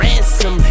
Ransom